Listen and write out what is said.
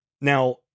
Now